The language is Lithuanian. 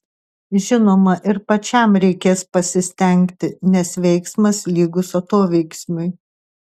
žinoma ir pačiam reikės pasistengti nes veiksmas lygus atoveiksmiui